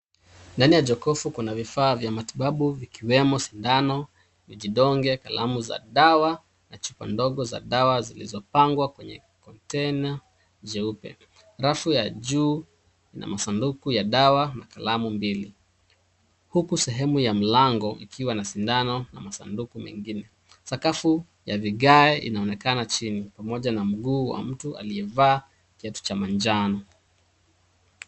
Ndani ya jokofu kuna vifaa vya matibabu vikiwemo sindano, vijidonge, kalamu za dawa na chupa ndogo za dawa zilizopangwa kwenye kontaina jeupe. Rafu ya juu na masunduku ya dawa na kalamu mbili huku sehemu ya mlango ikiwa na sindano na masanduku mengine. Sakafu ya vigae inaonekana chini pamoja na mguu wa mtu aliyevaa kiatu cha manjano.